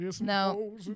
No